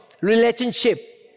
relationship